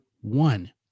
one